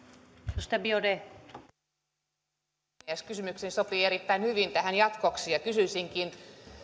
arvoisa puhemies kysymykseni sopii erittäin hyvin tähän jatkoksi ja kysyisinkin